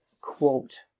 quote